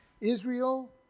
Israel